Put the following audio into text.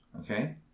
Okay